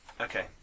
okay